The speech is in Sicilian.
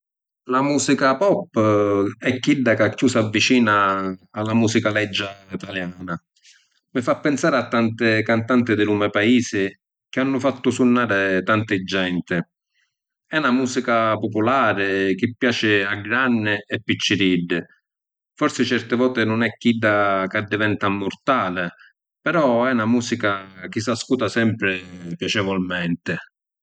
La musica pop è chidda ca chiù s’avvicina a la musica leggia ‘taliana. Mi fa pinsari a tanti cantanti di lu me’ paisi chi hannu fattu sunnàri tanti genti. E’ na musica pupulari chi piaci a granni e picciriddi, forsi certi voti nun è chidda chi addiventa immurtali, però è na musica chi s’ascuta sempri piacevulmenti.